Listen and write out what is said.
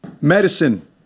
medicine